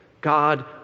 God